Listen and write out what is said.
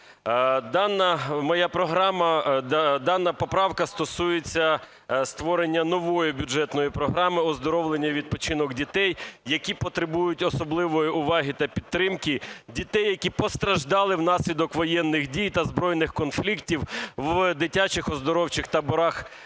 Дана поправка стосується створення нової бюджетної програми "Оздоровлення і відпочинок дітей, які потребують особливої уваги та підтримки, дітей, які постраждали внаслідок воєнних дій та збройних конфліктів, в дитячих оздоровчих таборах